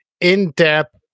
in-depth